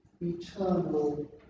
eternal